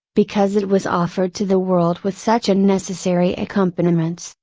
because it was offered to the world with such unnecessary accompaniments,